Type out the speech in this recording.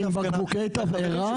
עם בקבוקי תבערה?